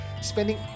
spending